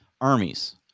armies